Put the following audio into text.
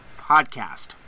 podcast